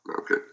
Okay